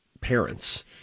parents